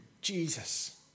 Jesus